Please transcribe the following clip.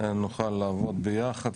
ונוכל לעבוד ביחד.